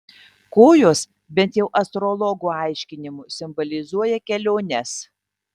kojos bent jau astrologų aiškinimu simbolizuoja keliones